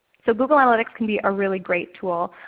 so google analytics can be a really great tool.